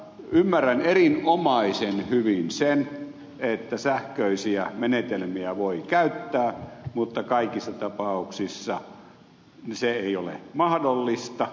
ymmärrän erinomaisen hyvin sen että sähköisiä menetelmiä voi käyttää mutta kaikissa tapauksissa se ei ole mahdollista